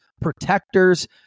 protectors